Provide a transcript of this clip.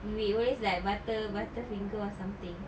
we will always like butter butter finger or something